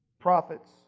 prophets